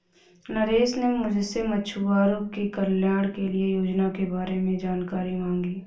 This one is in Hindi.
नरेश ने मुझसे मछुआरों के कल्याण के लिए योजना के बारे में जानकारी मांगी